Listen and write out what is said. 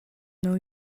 know